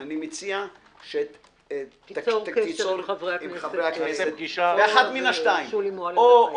אני מציע -- שתיצור קשר עם חברי הכנסת פורר ושולי מועלם-רפאלי.